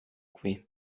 qui